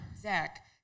Zach